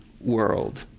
world